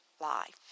life